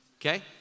Okay